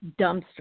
dumpster